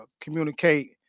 communicate